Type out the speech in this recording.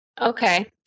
Okay